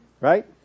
Right